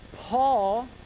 Paul